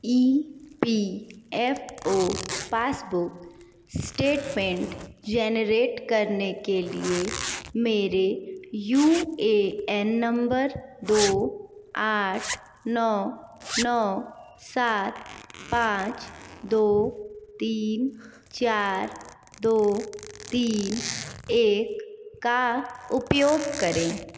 ई P F O passbook statement generate करने के लिए मेरे यू ए एन नंबर दो आठ नौ नौ सात पाँच दो तीन चार दो तीन एक का उपयोग करें